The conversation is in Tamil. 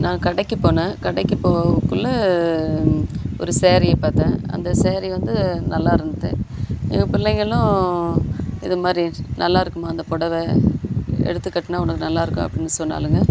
நான் கடைக்கு போனேன் கடைக்கு போகக்குள்ள ஒரு சேரீயை பார்த்தேன் அந்த சேரீ வந்து நல்லா இருந்தது பிள்ளைகளும் இது மாதிரி நல்லா இருக்கும்மா இந்த பொடவை எடுத்து கட்டினா உனக்கு நல்லா இருக்கும் அப்படினு சொன்னாளுங்க